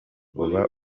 uba